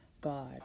God